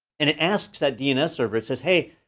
and it asks that dns server, it says, hey,